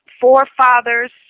Forefathers